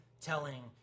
telling